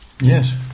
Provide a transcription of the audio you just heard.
Yes